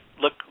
look